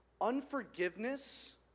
unforgiveness